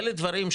אלה דברים,